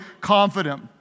confident